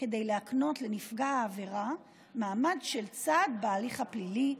כדי להקנות לנפגע העבירה מעמד של צד בהליך הפלילי,